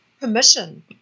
permission